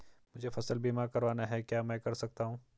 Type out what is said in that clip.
मुझे फसल बीमा करवाना है क्या मैं कर सकता हूँ?